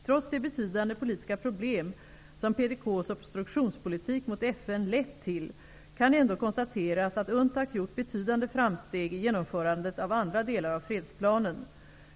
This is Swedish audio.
Trots de betydande politiska problem som PDK:s obstruktionspolitik mot FN lett till kan ändå konstateras att UNTAC gjort betydande framsteg i genomförandet av andra delar av fredsplanen.